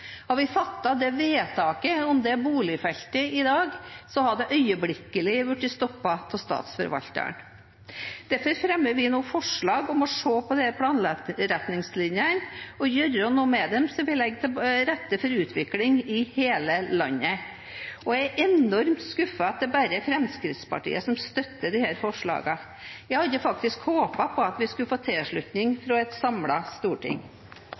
vi fattet det vedtaket om det boligfeltet i dag, hadde det øyeblikkelig blitt stoppet av Statsforvalteren. Derfor fremmer vi nå forslag om å se på disse planretningslinjene og gjøre noe med dem, slik at vi legger til rette for utvikling i hele landet. Jeg er enormt skuffet over at det er bare Fremskrittspartiet som støtter disse forslagene. Jeg hadde faktisk håpet at vi skulle få tilslutning fra et samlet storting.